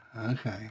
okay